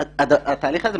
התהליך הזה,